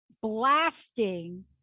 blasting